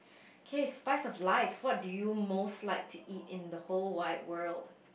kay spice of life what do you most like to eat in the whole wide world